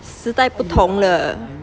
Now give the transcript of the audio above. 时代不同了